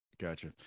Gotcha